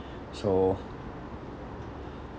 so